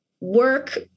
work